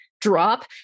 drop